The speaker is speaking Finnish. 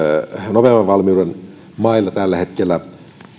nopeamman valmiuden mailla on tällä hetkellä